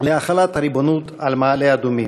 להחלת הריבונות על מעלה-אדומים,